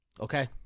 Okay